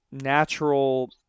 natural